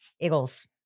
Eagles